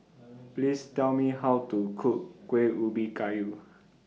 Please Tell Me How to Cook Kuih Ubi Kayu